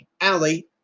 Allie